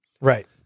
right